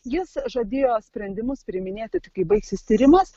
jis žadėjo sprendimus priiminėti tik kai baigsis tyrimas